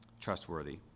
trustworthy